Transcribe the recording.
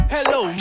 Hello